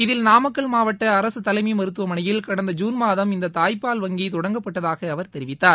இதில் நாமக்கல் மாவட்ட அரசு தலைமை மருத்தவமனையில் கடந்த ஜூன் மாதம் இந்த தாய்ப்பால் வங்கி தொடங்கப்பட்டதாக அவர் தெரிவித்தார்